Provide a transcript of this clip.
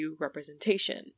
representation